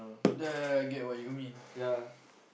I get what you mean